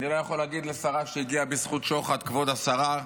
אני לא יכול להגיד לשרה שהגיעה בזכות שוחד "כבוד השרה",